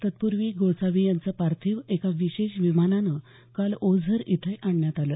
तत्पूर्वी गोसावी यांचं रात्री पार्थिव एका विशेष विमानानं काल ओझर इथे आणण्यात आलं